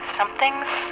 Something's